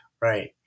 right